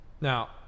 Now